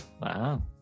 Wow